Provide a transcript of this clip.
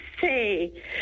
say